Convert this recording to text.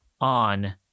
on